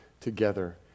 together